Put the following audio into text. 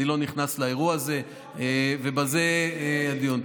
אני לא נכנס לאירוע הזה, ובזה הדיון.